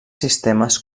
sistemes